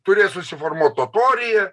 turės susiformuot totorija